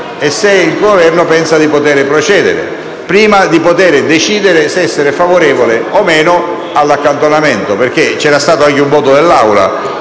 e se il Governo pensa di poter procedere, prima di poter decidere se essere favorevole o meno all'accantonamento. C'era anche stato un voto dell'Assemblea